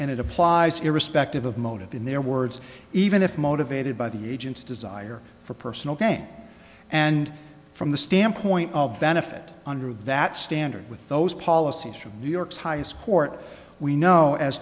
and it applies irrespective of motive in their words even if motivated by the agent's desire for personal gain and from the standpoint of benefit under of that standard with those policies from new york's highest court we know as